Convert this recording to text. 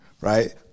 right